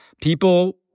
people